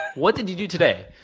what did you do today?